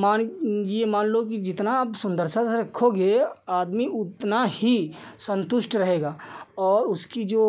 मान यह मान लो कि जितना आप सुन्दरता से रखोगे आदमी उतना ही सन्तुष्ट रहेगा और उसकी जो